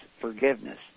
forgiveness